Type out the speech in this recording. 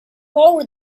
over